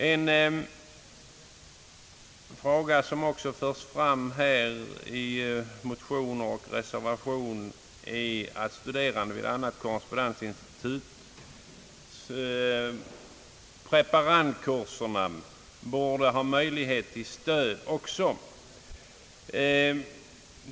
En fråga, som också förts fram i motioner och reservationer, är att studerande vid annat korrespondensinstituts preparandkurser borde kunna få stöd.